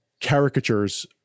caricatures